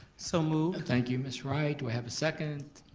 so moved. thank you ms. wright. we have a second?